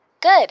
Good